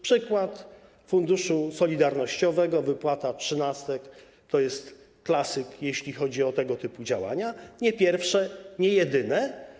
Przykład Funduszu Solidarnościowego - wypłata trzynastek to jest klasyk, jeśli chodzi o tego typu działania, nie pierwszy i nie jedyny.